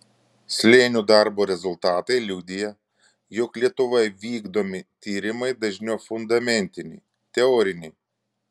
slėnių darbo rezultatai liudija jog lietuvoje vykdomi tyrimai dažniau fundamentiniai teoriniai